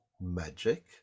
magic